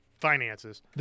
finances